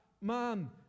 man